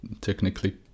technically